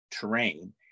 terrain